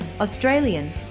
Australian